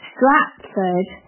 Stratford